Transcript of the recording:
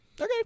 Okay